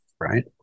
right